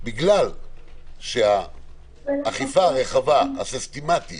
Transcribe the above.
בגלל האכיפה הרחבה, הסיסטמתית